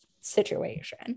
situation